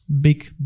big